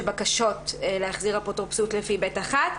בקשות להחזיר אפוטרופסות לפי סעיף (ב)(1),